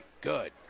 Good